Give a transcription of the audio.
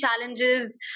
challenges